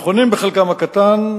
נכונים בחלקם הקטן,